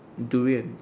durian